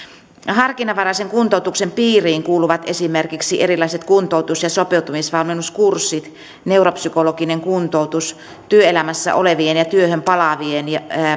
harkinnanvaraisen kuntoutuksen piiriin kuuluvat esimerkiksi erilaiset kuntoutus ja sopeutumisvalmennuskurssit neuropsykologinen kuntoutus työelämässä olevien ja työhön palaavien